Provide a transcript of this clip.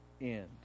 end